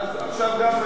עכשיו גם,